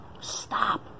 stop